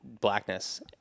blackness